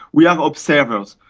we are observers.